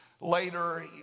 later